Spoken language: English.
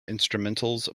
instrumentals